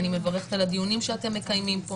אני מברכת על הדיונים שאתם מקיימים פה